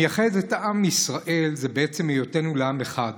המייחד את העם בישראל זה היותנו לעם אחד.